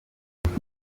uko